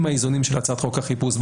עם האיזונים של הצעת חוק החיפוש,